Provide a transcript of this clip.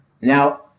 Now